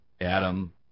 Adam